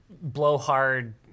blowhard